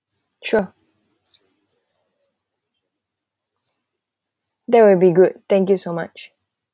sure that will be good thank you so much